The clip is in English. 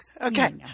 Okay